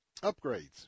upgrades